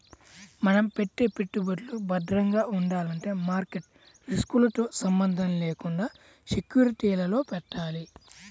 మనం పెట్టే పెట్టుబడులు భద్రంగా ఉండాలంటే మార్కెట్ రిస్కులతో సంబంధం లేకుండా సెక్యూరిటీలలో పెట్టాలి